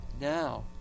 now